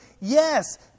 Yes